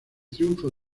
triunfo